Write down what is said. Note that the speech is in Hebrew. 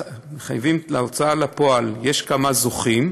שלהוצאה לפועל יש כמה זוכים,